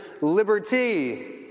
Liberty